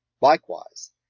Likewise